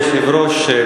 היושב-ראש,